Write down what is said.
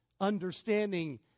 understanding